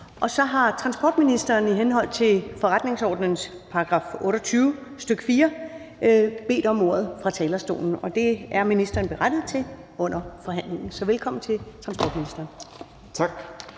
Så har transportministeren i henhold til forretningsordenens § 28, stk. 4 bedt om ordet fra talerstolen, og det er ministeren berettiget til under forhandlingen. Så velkommen til transportministeren. Kl.